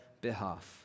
behalf